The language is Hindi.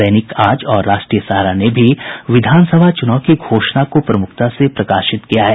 दैनिक आज और राष्ट्रीय सहारा ने भी विधानसभा चुनाव की घोषणा को प्रमुखता से प्रकाशित किया है